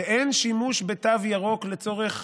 שאין שימוש בתו ירוק לצורך